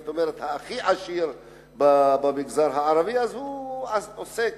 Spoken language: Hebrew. זאת אומרת, הכי עשיר במגזר הערבי הוא עוסק